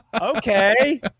Okay